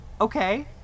Okay